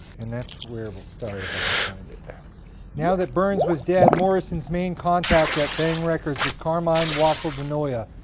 and that's where we'll start, if i can find it. now that berns was dead, morrison's main contact at bang records was carmine wassel de noia,